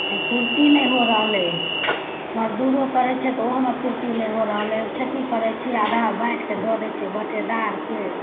पूर्ति नहि हो रहलै हऽ मजदूरो करै छियै तऽ ओहोमे नहि पूर्ति हो रहलै हइ खेती करै छियै आधा बाँटि कऽ दऽ दै छियै बटेदारके